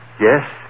Yes